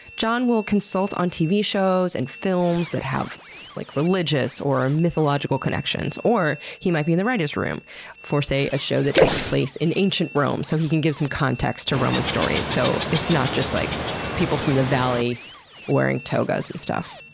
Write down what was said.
john will consult on tv shows and films that have like religious or mythological connections. or, he might be in the writers' room for, say, a show that takes place in ancient rome, so he can give some context to roman stories so they're not just like people from the valley wearing togas and stuff.